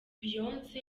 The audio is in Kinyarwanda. beyonce